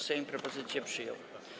Sejm propozycję przyjął.